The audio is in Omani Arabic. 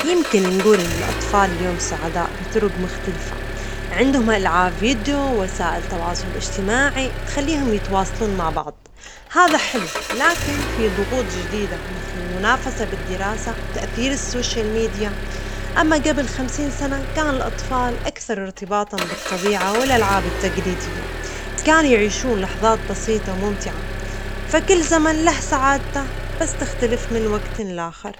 يمكن نجول إن الأطفال اليوم سعداء بطرج مختلفة، عندهم ألعاب فيديو ووسائل تواصل اجتماعي تخليهم يتواصلون مع بعض، هذا حلو، لكن في ضغوط جديدة مثل المنافسة بالدراسة وتأثير السوشيال ميديا، ما جبل خمسين سنة كان الأطفال أكثر ارتباطًا بالطبيعة والألعاب التجليدية، كانوا يعيشون لحظات بسيطة وممتعة، فكل زمن له سعادته بس تختلف من وجت لآخر.